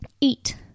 eat